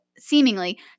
seemingly